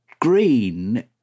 Green